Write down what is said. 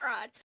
Rod